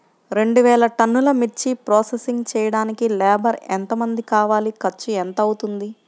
రెండు వేలు టన్నుల మిర్చి ప్రోసెసింగ్ చేయడానికి లేబర్ ఎంతమంది కావాలి, ఖర్చు ఎంత అవుతుంది?